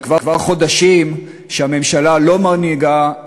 זה כבר חודשים שהממשלה לא מנהיגה,